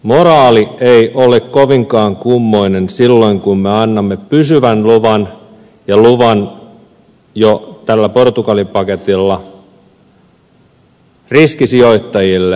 moraali ei ole kovinkaan kummoinen silloin kun me annamme pysyvän luvan ja luvan jo tällä portugali paketilla riskisijoittajille sanomalla